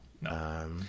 no